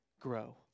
grow